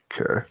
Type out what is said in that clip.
Okay